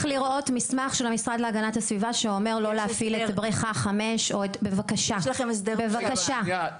לראות מסמך של המשרד להגנת הסביבה שאומר לא להפעיל את בריכה 5. יש